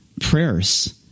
prayers